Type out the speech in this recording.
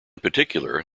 particular